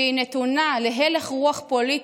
והיא נתונה להלך רוח פוליטי,